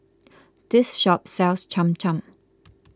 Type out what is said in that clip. this shop sells Cham Cham